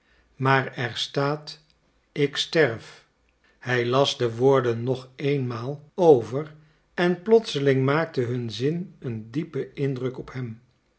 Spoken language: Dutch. maar er staat ik sterf hij las de woorden nog eenmaal over en plotseling maakte hun zin een diepen indruk op hem